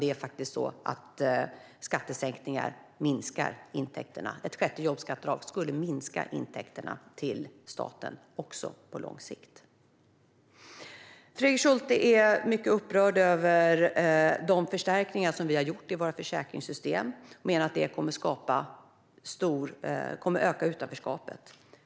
Det är faktiskt så att skattesänkningar minskar intäkterna. Ett sjätte jobbskatteavdrag skulle också minska intäkterna till staten på lång sikt. Fredrik Schulte är mycket upprörd över de förstärkningar som vi har gjort av våra försäkringssystem. Han menar att det kommer att öka utanförskapet.